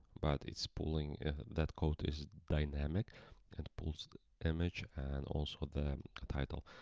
but it's pulling that code is dynamic and, pulls the image and also the title.